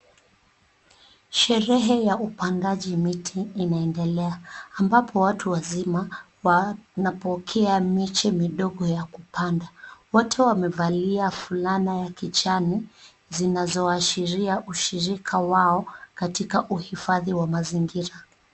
Sherehe ya upandaji miti inaendelea, ambapo watu wazima wanapokea miche midogo ya kupanda. Wote wamevalia fulana ya kijani, zinazoashiria ushirika wao katika uhifadhi wa mazingira.